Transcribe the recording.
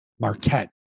Marquette